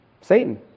Satan